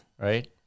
Right